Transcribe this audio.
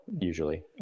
usually